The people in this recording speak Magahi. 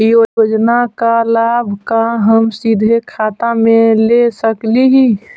योजना का लाभ का हम सीधे खाता में ले सकली ही?